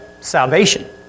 salvation